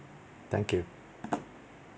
thank you